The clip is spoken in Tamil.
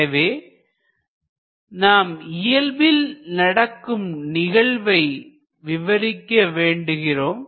எனவே நாம் இயல்பில் நடக்கும் நிகழ்வை விவரிக்க வேண்டுகிறோம்